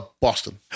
boston